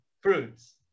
fruits